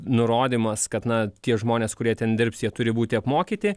nurodymas kad na tie žmonės kurie ten dirbs jie turi būti apmokyti